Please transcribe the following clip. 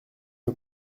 nos